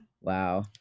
Wow